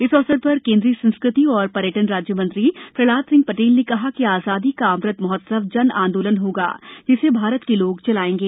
इस अवसर पर केन्द्रीय संस्कृति और पर्यटन राज्यमंत्री प्रहलाद सिंह पटेल ने कहा कि आजादी का अमृत महोत्सव जन आंदोलन होगाए जिसे भारत के लोग चलाएंगे